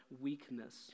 weakness